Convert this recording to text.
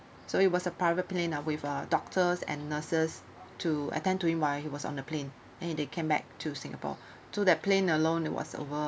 so it was a private plane uh with uh doctors and nurses to attend to him while he was on the plane then he then came back to singapore so that plane alone it was over